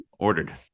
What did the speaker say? Ordered